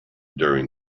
during